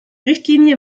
richtlinie